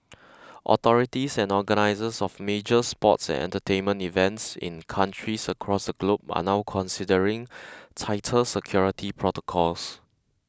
authorities and organisers of major sports and entertainment events in countries across the globe are now considering tighter security protocols